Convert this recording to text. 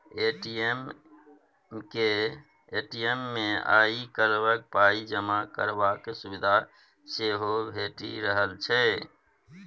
ATM मे आइ काल्हि पाइ जमा करबाक सुविधा सेहो भेटि रहल छै